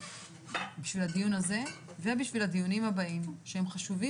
בשביל הדיון הזה ובשביל הדיונים הבאים שהם חשובים